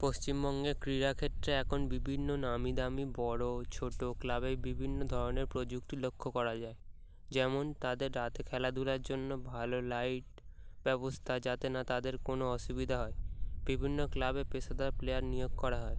পশ্চিমবঙ্গে ক্রীড়া ক্ষেত্রে এখন বিভিন্ন নামি দামি বড়ো ছোট ক্লাবে বিভিন্ন ধরনের প্রযুক্তি লক্ষ্য করা যায় যেমন তাদের রাতে খেলাধুলার জন্য ভালো লাইট ব্যবস্থা যাতে না তাদের কোনো অসুবিধা হয় বিভিন্ন ক্লাবে পেশাদার প্লেয়ার নিয়োগ করা হয়